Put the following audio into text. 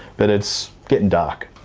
but it's getting dark.